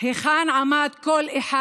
היכן עמד כל אחד